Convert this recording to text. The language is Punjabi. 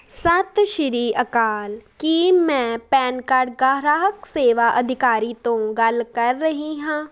ਸਤਿ ਸ਼੍ਰੀ ਅਕਾਲ ਕੀ ਮੈਂ ਪੈਨ ਕਾਰਡ ਗ੍ਰਾਹਕ ਸੇਵਾ ਅਧਿਕਾਰੀ ਤੋਂ ਗੱਲ ਕਰ ਰਹੀ ਹਾਂ